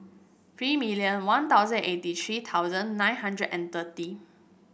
three million One Thousand eighty three thousand nine hundred and thirty